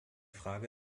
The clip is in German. frage